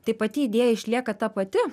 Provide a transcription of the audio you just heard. tai pati idėja išlieka ta pati